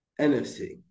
NFC